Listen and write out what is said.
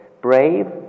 brave